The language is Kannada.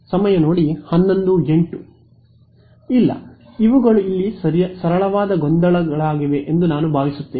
ವಿದ್ಯಾರ್ಥಿ ಇಲ್ಲ ಇವುಗಳು ಇಲ್ಲಿ ಸರಳವಾದ ಗೊಂದಲಗಳಾಗಿವೆ ಎಂದು ನಾನು ಭಾವಿಸುತ್ತೇನೆ